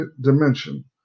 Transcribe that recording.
dimension